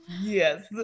Yes